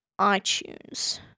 iTunes